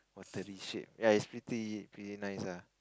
watery shape ya it's pretty pretty nice lah